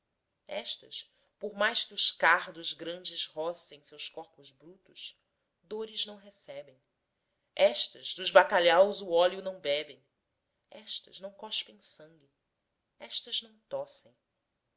estas por mais que os cardos grandes rocem seus corpos brutos dores não recebem estas dis bacalhaus o óleo não bebem estas não cospem sangue estas não tossem